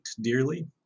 dearly